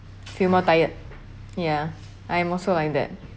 feel more tired ya I'm also like that